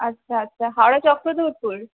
আচ্ছা আচ্ছা হাওড়া চক্রধরপুর